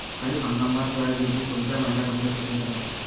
खरीप हंगामात सोयाबीनची कोनच्या महिन्यापर्यंत पेरनी कराव?